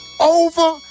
over